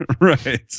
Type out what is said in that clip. Right